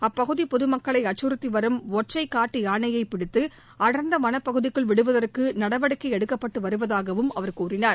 அப்பகுதி பொது மக்களை அச்சுறுத்தி வரும் ஒற்றை காட்டு யானையைப் பிடித்து அடர்ந்த வனப்பகுதிக்குள் விடுவதற்கு நடவடிக்கை எடுக்கப்பட்டு வருவதாகவும் அவர் தெரிவித்தார்